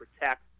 protect